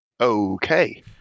Okay